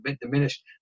diminished